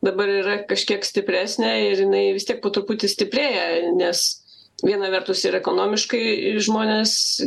dabar yra kažkiek stipresnė ir jinai vis tiek po truputį stiprėja nes viena vertus ir ekonomiškai žmonės